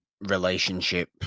relationship